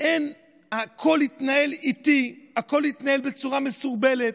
והכול התנהל לאט, הכול התנהל בצורה מסורבלת.